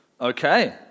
Okay